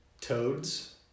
toads